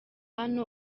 hano